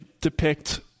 depict